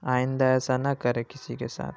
آئندہ ایسا نہ کرے کسی کے ساتھ